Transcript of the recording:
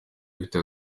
zifite